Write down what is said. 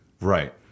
right